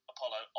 Apollo